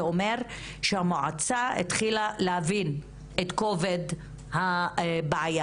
זה אומר שהמועצה התחילה להבין את כובד הבעיה.